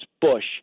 Bush